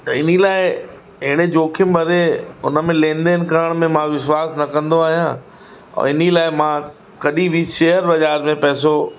त इन लाइ अहिड़े जोख़िम भरे हुनमें लेनदेन करण मां विश्वासु न कंदो आहियां और इन और लाइ मां कॾहिं बि शेयर बाज़ारि में पैसो